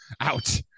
out